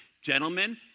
Gentlemen